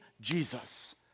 Jesus